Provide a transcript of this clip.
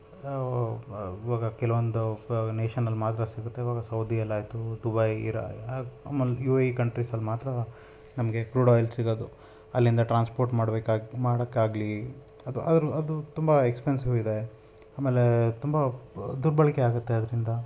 ಇವಾಗ ಕೆಲವೊಂದು ಪ ನೇಷನ್ನಲ್ಲಿ ಮಾತ್ರ ಸಿಗುತ್ತೆ ಇವಾಗ ಸೌದಿಯಲ್ಲಿ ಆಯಿತು ದುಬೈ ಇರಾಕ್ ಅ ಆಮೇಲೆ ಯು ಎ ಇ ಕಂಟ್ರೀಸಲ್ಲಿ ಮಾತ್ರ ನಮಗೆ ಕ್ರೂಡ್ ಆಯಿಲ್ ಸಿಗೋದು ಅಲ್ಲಿಂದ ಟ್ರಾನ್ಸ್ಪೋರ್ಟ್ ಮಾಡ್ಬೇಕಾಗಿ ಮಾಡೋಕ್ಕಾಗ್ಲಿ ಅಥವಾ ಅದ್ರ ಅದು ತುಂಬ ಎಕ್ಸ್ಪೆನ್ಸಿವ್ ಇದೆ ಆಮೇಲೆ ತುಂಬ ದುರ್ಬಳಕೆ ಆಗುತ್ತೆ ಅದರಿಂದ